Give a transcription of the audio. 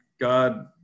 God